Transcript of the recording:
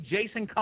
Jason